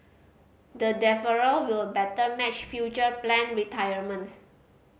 the deferral will better match future planned retirements